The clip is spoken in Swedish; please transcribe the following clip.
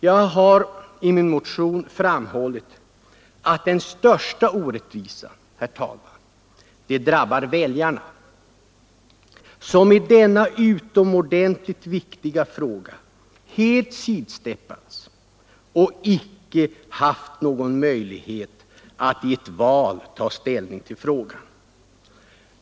Jag har i min motion, herr talman, framhållit att den största orättvisan drabbar väljarna, som i denna ytterligt viktiga fråga helt sidsteppats och icke haft någon möjlighet att i ett val ta ställning till frågan.